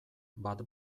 bat